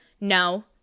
no